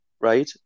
right